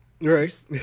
Right